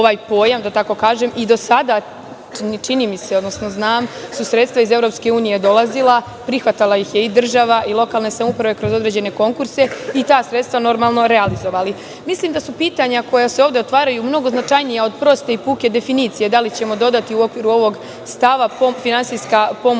Do sada, čini mi se, odnosno znam, sredstva iz EU su dolazila, prihvatala ih je i država i lokalne samouprave kroz određene konkurse i ta sredstva, normalno, realizovali. Mislim da su pitanja koja se ovde otvaraju mnogo značajnija od proste i puke definicije da li ćemo dodati u okviru ovog stava finansijska pomoć EU,